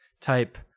type